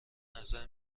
نظر